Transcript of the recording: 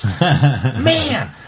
Man